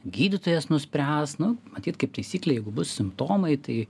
gydytojas nuspręs nu matyt kaip taisyklė jeigu bus simptomai tai